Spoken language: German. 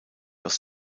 aus